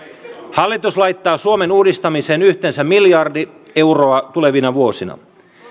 hallitus laittaa suomen uudistamiseen yhteensä miljardi euroa tulevina vuosina